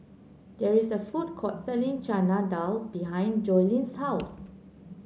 there is a food court selling Chana Dal behind Joellen's house